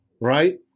right